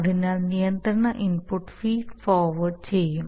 അതിനാൽ നിയന്ത്രണ input feed forward ചെയ്യും